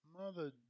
Mother